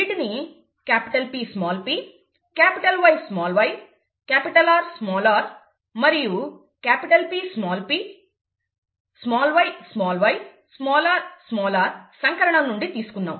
వీటిని PpYyRr మరియు Ppyyrr సంకరణం నుండి తీసుకున్నాం